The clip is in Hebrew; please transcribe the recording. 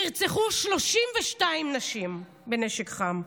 נרצחו 32 נשים מנשק חם,